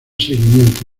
seguimiento